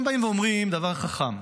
אתם באים ואומרים דבר חכם,